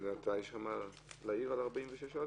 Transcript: יש לך מה להעיר על סעיף 46(א)?